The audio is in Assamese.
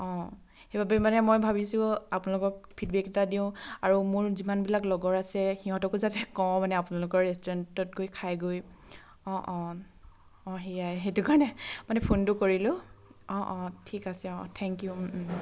অঁ সেইবাবে মানে মই ভাবিছোঁ আপোনালোকক ফিডবে'ক এটা দিওঁ আৰু মোৰ যিমানবিলাক লগৰ আছে সিহঁতকো যাতে কওঁ মানে আপোনালোকৰ ৰেষ্টুৰেণ্টত গৈ খাইগৈ অঁ অঁ অঁ সেয়াই সেইটো কাৰণে মানে ফোনটো কৰিলোঁ অঁ অঁ ঠিক আছে অঁ থেংক ইউ